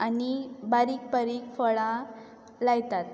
आनी बारीक बारीक फळां लायतात